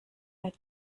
mit